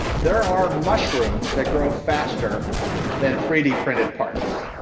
there are mushrooms that grow faster than three d printed parts.